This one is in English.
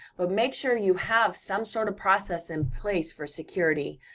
but make sure you have some sort of process in place for security,